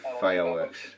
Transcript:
fireworks